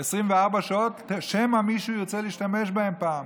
24 שעות, שמא מישהו ירצה להשתמש בהם פעם.